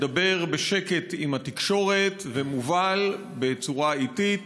מדבר בשקט עם התקשורת ומובל בצורה איטית,